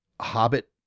hobbit